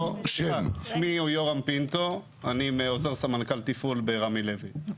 שמי יורם פינטו, אני עוזר סמנכ"ל תפעול ברמי לוי.